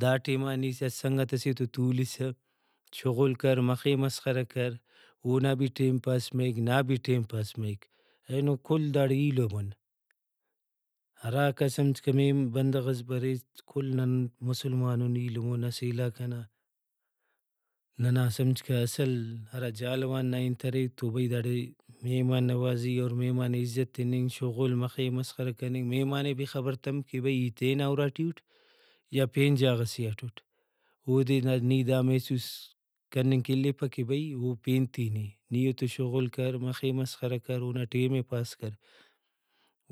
دا ٹائما نی اسہ سنگتسے تو تُولسہ شغل کر مخے مسخرہ کر اونا بھی ٹائم پاس مریک نا بھی ٹائم پاس مریک اینو کل داڑے ایلم اُن ہراکا سمجھکہ بندغس بریک کل نن مسلمان اُن ایلم اُن اسہ علاقہ نا ننا سمجھکہ اصل ہرا جہلاوان نا انت ارے تو بھئی داڑے مہمان نوازی اور مہمان ئے عزت تننگ شغل مخے مسخرہ کننگ مہمانے بھی خبر تمپ کہ بھئی ای تینا اُراٹی اٹ یا پین جاگہ سے آ ٹُٹ اودے نی دا محسوس کننگ کہ الیپہ کہ بھئی او پین تین اےنی اوتو شغل کر مخے مسخرہ کر اونا ٹائمے پاس کر